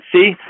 See